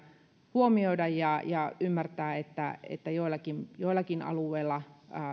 huomioida ja ja ymmärtää että että joillakin joillakin alueilla